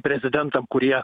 prezidentam kurie